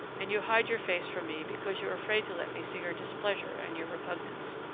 and you hide your face from me because you're afraid to let me see your displeasure and your repugnance.